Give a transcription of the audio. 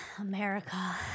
America